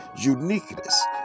uniqueness